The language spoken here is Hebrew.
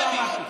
לא אמרת.